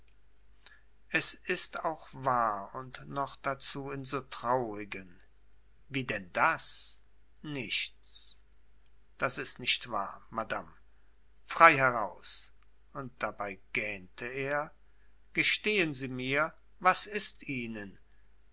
es ist auch wahr und noch dazu in so traurigen wie denn das nichts das ist nicht wahr madame frei heraus und dabei gähnte er gestehen sie mir was ist ihnen